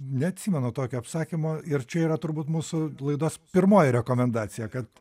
neatsimenu tokio apsakymo ir čia yra turbūt mūsų laidos pirmoji rekomendacija kad